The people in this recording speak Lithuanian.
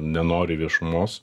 nenori viešumos